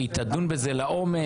והיא תדון בזה לעומק.